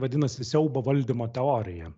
vadinasi siaubo valdymo teorija